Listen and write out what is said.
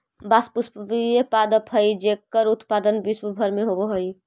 बाँस पुष्पीय पादप हइ जेकर उत्पादन विश्व भर में होवऽ हइ